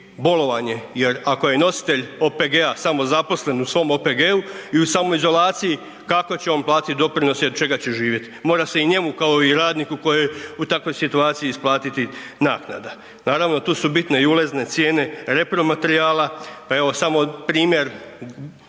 bolovanje jer ako je nositelj OPG-a samozaposlen u svom OPG-u i u samoizolaciji kako će on platiti doprinose i od čega će živjeti. Mora se i njemu kao i radniku koji je u takvoj situaciji isplatiti naknada. Naravno tu su bitne i ulazne cijene repromaterijala, pa evo samo primjer